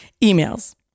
emails